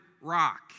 rock